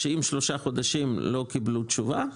שאם 3 חודשים לא קיבלו תשובה,